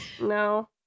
No